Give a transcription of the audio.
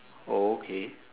oh okay